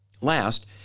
Last